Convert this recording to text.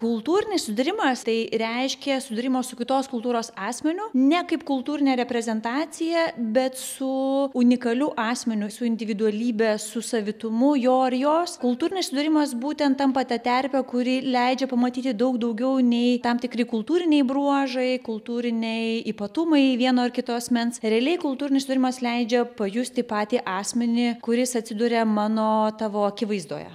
kultūrinis susidūrimas tai reiškia sudūrimo su kitos kultūros asmeniu ne kaip kultūrine reprezentacija bet su unikaliu asmeniu su individualybe su savitumu jo ar jos kultūrinis susidūrimas būtent tampa ta terpe kuri leidžia pamatyti daug daugiau nei tam tikri kultūriniai bruožai kultūriniai ypatumai vieno ar kito asmens realiai kultūrinis susidūrimas leidžia pajusti patį asmenį kuris atsiduria mano tavo akivaizdoje